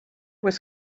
was